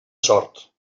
sort